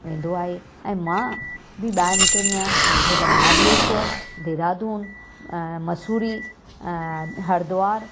वेंदो आहे ऐं मां बि ॿाहिरि निकिरंदी आहियां जीअं त महाबलेश्वर देहरादून ऐं मसूरी अं हरिद्वार